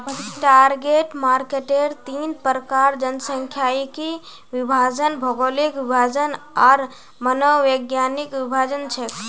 target मार्केटेर तीन प्रकार जनसांख्यिकीय विभाजन, भौगोलिक विभाजन आर मनोवैज्ञानिक विभाजन छेक